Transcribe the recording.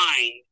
mind